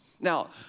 Now